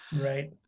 right